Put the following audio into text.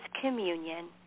communion